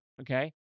okay